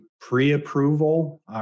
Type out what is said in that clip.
pre-approval